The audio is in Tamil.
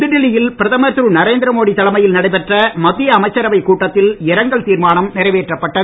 புதுடெல்லியில் பிரதமர் திரு நரேந்திரமோடி தலைமையில் நடைபெற்ற மத்திய அமைச்சரவைக் கூட்டத்தில் இரங்கல் தீர்மானம் நிறைவேற்றப்பட்டது